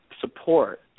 support